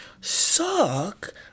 suck